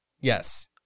Yes